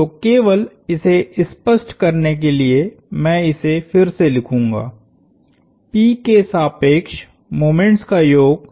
तो केवल इसे स्पष्ट करने के लिए मैं इसे फिर से लिखूंगाP के सापेक्ष मोमेंट्स का योग